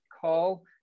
call